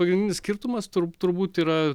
pagrindinis skirtumas tur turbūt yra